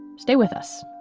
stay with us